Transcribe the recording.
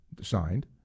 signed